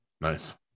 nice